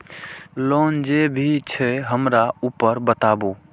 Loan जे भी छे हमरा ऊपर बताबू?